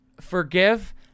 forgive